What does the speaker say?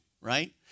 right